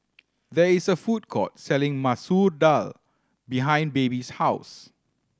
there is a food court selling Masoor Dal behind Baby's house